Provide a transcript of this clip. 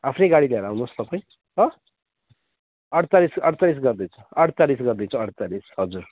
आफ्नै गाडी लिएर आउनुहोस् तपाईँ ल अढ्तालिस अढ्तालिस गरिदिन्छु अढ्तालिस गरिदिन्छु अढ्तालिस हजुर